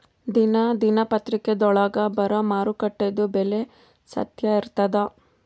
ದಿನಾ ದಿನಪತ್ರಿಕಾದೊಳಾಗ ಬರಾ ಮಾರುಕಟ್ಟೆದು ಬೆಲೆ ಸತ್ಯ ಇರ್ತಾದಾ?